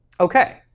ok,